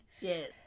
Yes